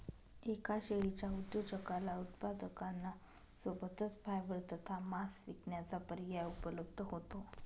एका शेळीच्या उद्योजकाला उत्पादकांना सोबतच फायबर तथा मांस विकण्याचा पर्याय उपलब्ध होतो